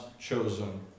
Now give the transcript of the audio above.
chosen